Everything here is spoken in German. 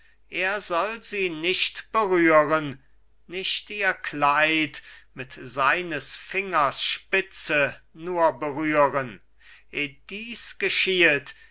er soll sie nicht berühren nicht ihr kleid mit seines fingers spitze nur berühren eh dies geschiehet